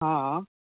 हँ